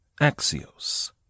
Axios